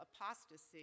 apostasy